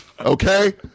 Okay